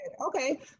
Okay